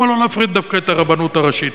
למה לא נפריט דווקא את הרבנות הראשית.